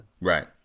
Right